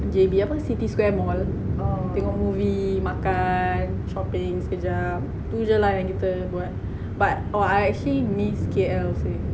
J_B apa city square mall tengok movie makan shopping sekejap tu jer lah yang kita buat but oh actually I miss K_L seh